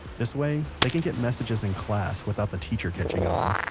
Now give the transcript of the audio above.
this way they can get messages in class without the teacher catching on